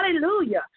Hallelujah